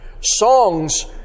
Songs